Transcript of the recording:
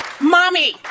Mommy